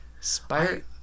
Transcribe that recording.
spider